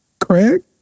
Craig